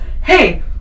Hey